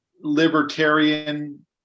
libertarian